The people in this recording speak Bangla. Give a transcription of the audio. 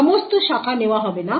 সমস্ত শাখা নেওয়া হবে না